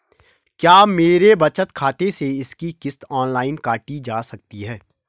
क्या मेरे बचत खाते से इसकी किश्त ऑनलाइन काटी जा सकती है?